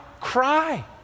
cry